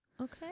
Okay